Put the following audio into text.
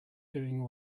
doing